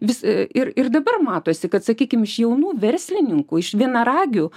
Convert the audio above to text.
vis ir ir dabar matosi kad sakykim iš jaunų verslininkų iš vienaragių